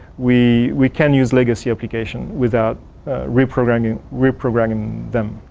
we we can use legacy application without reprogramming reprogramming them.